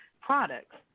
products